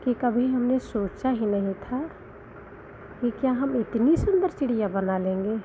कि कभी हमने सोचा ही नहीं था कि क्या हम इतनी सुन्दर चिड़िया बना लेंगे